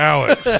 Alex